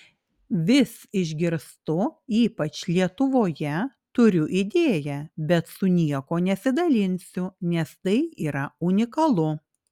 vis išgirstu ypač lietuvoje turiu idėją bet su niekuo nesidalinsiu nes tai yra unikalu